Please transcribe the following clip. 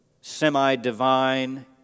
semi-divine